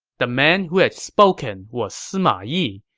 the man who had spoken was sima yi,